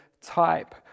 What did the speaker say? type